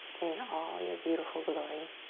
in all your beautiful glory.